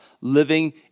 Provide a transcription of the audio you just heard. living